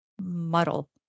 muddle